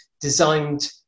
designed